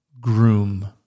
groom